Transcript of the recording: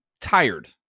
tired